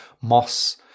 Moss